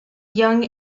young